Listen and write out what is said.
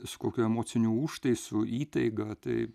su kokiu emociniu užtaisu įtaiga tai